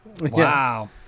Wow